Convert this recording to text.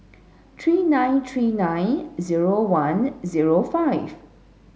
three nine three nine zero one zero five